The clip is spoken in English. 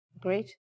Great